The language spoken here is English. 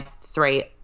three